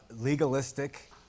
legalistic